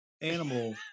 animal